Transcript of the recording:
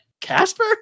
Casper